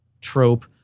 trope